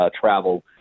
travel